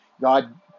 God